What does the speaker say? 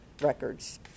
records